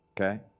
Okay